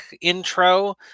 intro